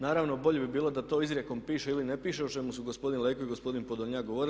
Naravno bolje bi bilo da to izrijekom piše ili ne piše o čemu su gospodin Leko i gospodin Podolnjak govorili.